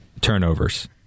Turnovers